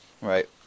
Right